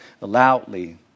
loudly